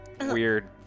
weird